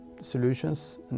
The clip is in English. solutions